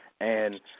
And-